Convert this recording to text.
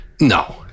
No